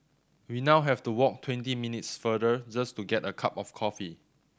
we now have to walk twenty minutes farther just to get a cup of coffee